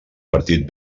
partit